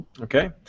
Okay